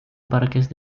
parques